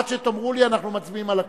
עד שתאמרו לי, אנחנו מצביעים על הכול.